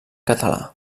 català